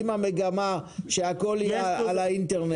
אם המגמה שהכול יהיה על האינטרנט,